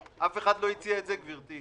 אף אחד לא הציע את זה, גברתי.